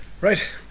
Right